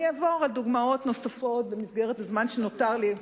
אני אעבור על דוגמאות נוספות במסגרת הזמן שנותר לי.